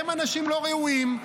הם אנשים לא ראויים,